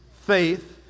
faith